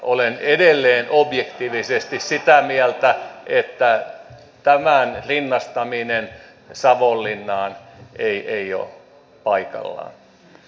olen edelleen objektiivisesti sitä mieltä että tämän rinnastaminen savonlinnaan ei ole paikallaan